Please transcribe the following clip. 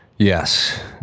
Yes